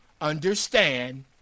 understand